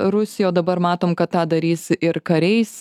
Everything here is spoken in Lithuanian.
rusiją o dabar matom kad tą darys ir kariais